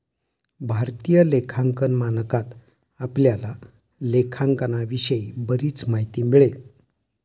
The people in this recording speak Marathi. भारतीय लेखांकन मानकात आपल्याला लेखांकनाविषयी बरीच माहिती मिळेल